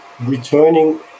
returning